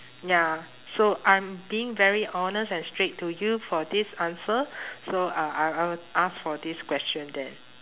ya so I'm being very honest and straight to you for this answer so I I I will ask for this question then